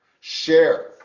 Share